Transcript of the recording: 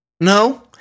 No